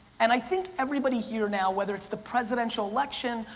and i think everybody here now, whether it's the presidential election,